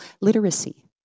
literacy